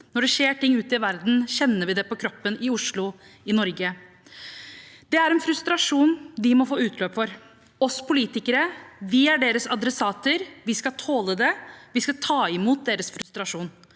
Når det skjer ting ute i verden, kjenner vi det på kroppen i Oslo, i Norge. Det er en frustrasjon de må få utløp for. Vi politikere er deres adressater, og vi skal tåle det, vi skal ta imot deres frustrasjon.